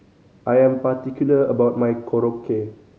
I am particular about my Korokke